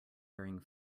during